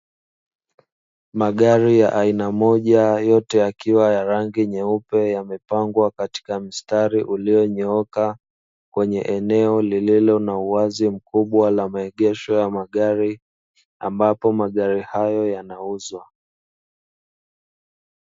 Magari ya aina moja, yote yakiwa ya rangi nyeupe, yamepangwa katika mstari ulionyooka kwenye eneo lililo la uwazi mkubwa wa maegesho ya magari, ambapo magari hayo yanauzwa.